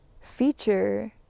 feature